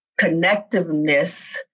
connectiveness